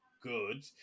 good